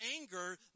anger